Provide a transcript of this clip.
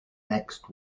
next